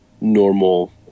normal